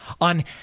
on